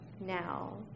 now